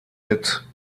mit